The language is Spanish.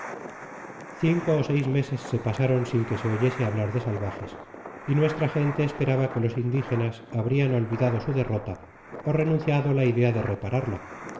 cinco ó seis meses se pasaron sin que se oyese hablar de salvajes y nuestra gente esperaba que los indigenas habrian olvidado su derrota ó renunciado á la idea de repararla